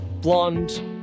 blonde